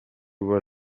were